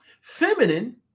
Feminine